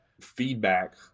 feedback